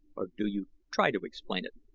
or do you try to explain it?